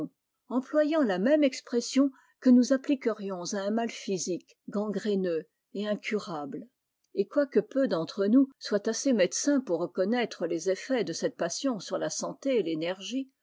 employant la même expression que nous appliquerions à un mal physique gangréneux et incurable et quoique peu d'entre nous soient assez médecins pour reconnaître les effets de cette passion sur la santé et l'énergie